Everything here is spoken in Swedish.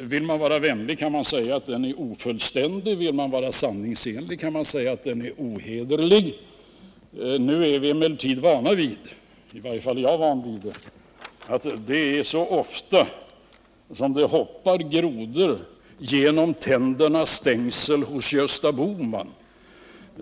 Vill man vara vänlig kan man säga att den är ofullständig. Vill man vara sanningsenlig kan man säga att den är ohederlig. Nu är vi emellertid vana vid — i varje fall är jag van vid det — att det så ofta hoppar grodor genom tändernas stängsel hos Gösta Bohman,